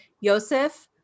Yosef